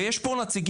ויש פה נציגים,